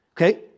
okay